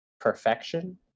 perfection